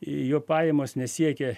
jo pajamos nesiekia